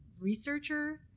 researcher